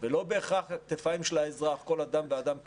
ולא בהכרח הכתפיים של האזרח, כל אדם ואדם כפרט,